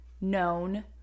known